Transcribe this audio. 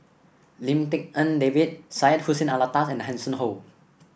Lim Tik En David Syed Hussein Alata and Hanson Ho